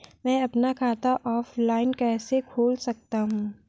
मैं अपना खाता ऑफलाइन कैसे खोल सकता हूँ?